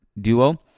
duo